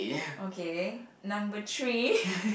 okay number three